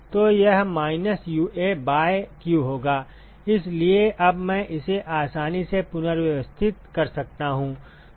तो यह minus UA by q होगा इसलिए अब मैं इसे आसानी से पुनर्व्यवस्थित कर सकता हूं